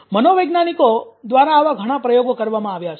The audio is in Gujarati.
મનોવિજ્ઞાનિકો દ્વારા આવા ઘણા પ્રયોગો કરવામાં આવ્યા છે